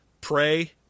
pray